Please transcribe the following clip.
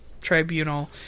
tribunal